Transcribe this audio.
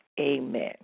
Amen